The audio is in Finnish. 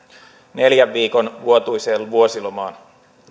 neljän viikon vuotuiseen vuosilomaan